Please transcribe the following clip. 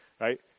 right